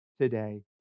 today